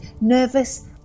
nervous